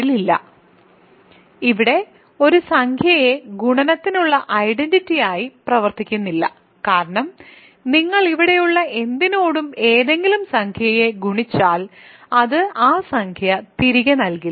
1 ഇല്ലാത്തതിനാൽ ഇവിടെ ഒരു സംഖ്യയും ഗുണനത്തിനുള്ള ഐഡന്റിറ്റിയായി പ്രവർത്തിക്കുന്നില്ല കാരണം നിങ്ങൾ ഇവിടെയുള്ള എന്തിനോടും ഏതെങ്കിലും സംഖ്യയെ ഗുണിച്ചാൽ അത് ആ സംഖ്യ തിരികെ നൽകില്ല